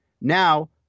Now